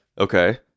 Okay